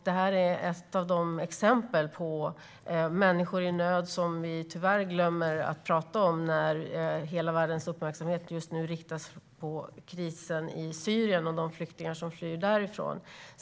Det här är ett av de exempel på människor i nöd som vi tyvärr glömmer att prata om när hela världens uppmärksamhet just nu riktas mot krisen i Syrien och på dem som flyr därifrån.